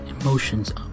emotions